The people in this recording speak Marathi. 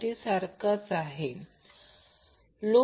या सर्व गोष्टींची गणना केली आहे